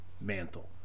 Mantle